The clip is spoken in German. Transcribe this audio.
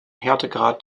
härtegrad